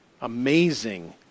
amazing